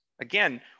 Again